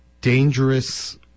dangerous